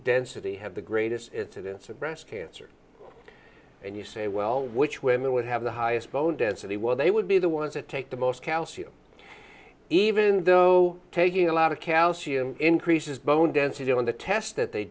density have the greatest incidence of breast cancer and you say well which women would have the highest bone density well they would be the ones that take the most calcium even though taking a lot of calcium increases bone density and the test that they